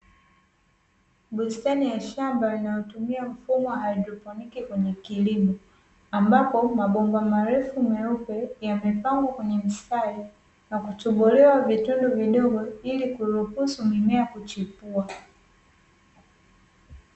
Bustani la shamba linalotumia mfumo wa haidroponi kwenye kilimo, ambapo mabomba marefu meupe yamepangwa kwenye mstari na kutobolewa vitundu vidogo ili kuruhusu mimea kuchipua.